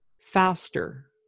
faster